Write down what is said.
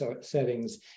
settings